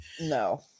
No